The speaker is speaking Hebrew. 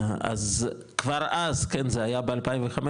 זה היה ב-2015,